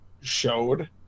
showed